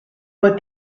but